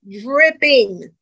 dripping